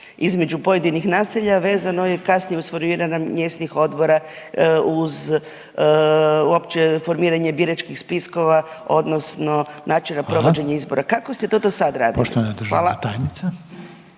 između pojedinih naselja, vezano je kasnije uz formiranje mjesnih odbora, uz opće formiranje biračkih spiskova, odnosno načina provođenja izbora. .../Upadica: Hvala./...